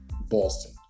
Boston